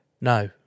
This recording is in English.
No